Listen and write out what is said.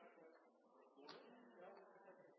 jeg går også